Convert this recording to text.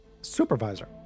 Supervisor